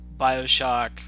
Bioshock